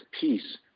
peace